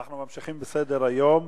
אנחנו ממשיכים בסדר-היום.